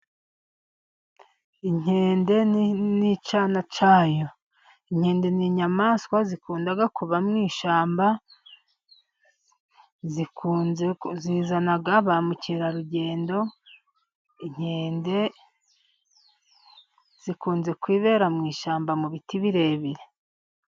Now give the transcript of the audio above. Inkende n'icyana cyayo, inkende ni inyamaswa zikunda kuba mu ishyamba zizana ba mukerarugendo, inkende zikunze kwibera mu ishyamba mu biti birebire.